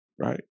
right